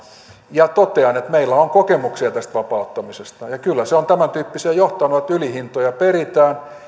ja totean että meillä on kokemuksia vapauttamisesta ja kyllä se on tämän tyyppiseen johtanut että ylihintoja peritään